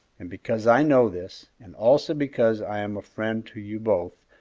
and because i know this, and also because i am a friend to you both,